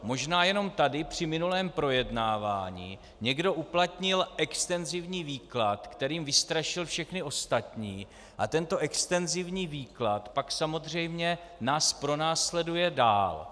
Možná jenom tady při minulém projednávání někdo uplatnil extenzivní výklad, kterým vystrašil všechny ostatní, a tento extenzivní výklad pak nás samozřejmě pronásleduje dál.